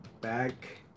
back